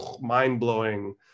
mind-blowing